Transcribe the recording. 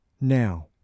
Now